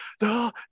no